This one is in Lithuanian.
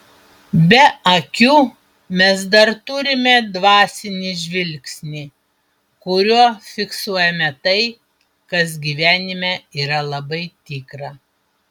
be akių mes dar turime dvasinį žvilgsnį kuriuo fiksuojame tai kas gyvenime yra labai tikra